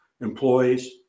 employees